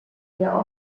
der